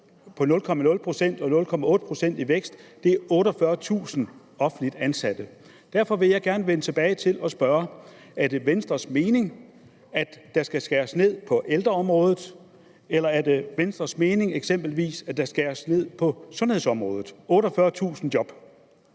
på 0,0 pct. og 0,8 pct. i vækst er 48.000 offentligt ansatte. Derfor vil jeg gerne vende tilbage til spørgsmålet: Er det Venstres mening, at der skal skæres ned på ældreområdet, eller er det Venstres mening, at der eksempelvis skæres ned på sundhedsområdet? 48.000 job.